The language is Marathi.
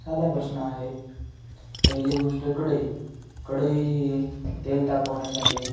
साधा प्रश्न आहे पहिली गोष्ट कढई कढई ही तेल तापवण्यासाठी